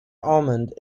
almond